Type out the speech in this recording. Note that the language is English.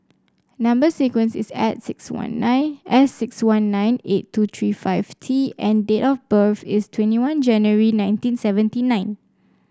number sequence is S six one nine S six one nine eight two three five T and date of birth is twenty one January nineteen seventy nine